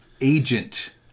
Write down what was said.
Agent